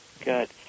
good